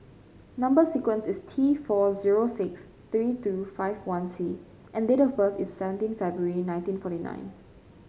number sequence is T four zero six three two five one C and date of birth is seventeen February nineteen forty nine